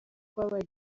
wabaye